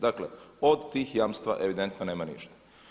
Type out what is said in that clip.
Dakle od tih jamstva evidentno nema ništa.